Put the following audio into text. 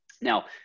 Now